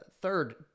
third